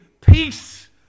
Peace